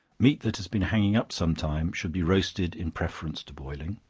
meat that has been hanging up some time should be roasted in preference to boiling,